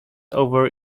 over